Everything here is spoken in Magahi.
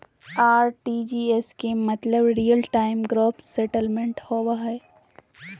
आर.टी.जी.एस के मतलब रियल टाइम ग्रॉस सेटलमेंट होबो हय